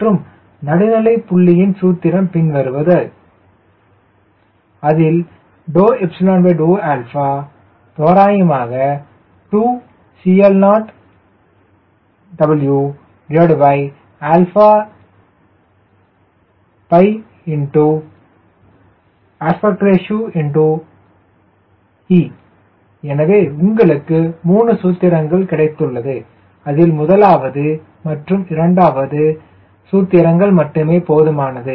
மற்றும் நடுநிலைப் புள்ளியின் சூத்திரம் பின்வருவது XNP XacWc CmfCLW ηVHCmtCLW1 ∂∂ அதில் ∂∂ 2CLWπ AR e எனவே உங்களுக்கு 3 சூத்திரங்கள் கிடைத்துள்ளது அதில் முதலாவது மற்றும் இரண்டாவது சூத்திரங்கள் மட்டுமே போதுமானது